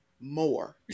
More